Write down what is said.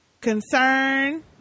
concern